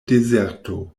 dezerto